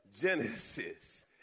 Genesis